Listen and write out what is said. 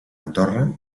andorra